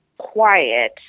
quiet